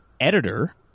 editor